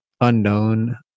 unknown